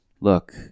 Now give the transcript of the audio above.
look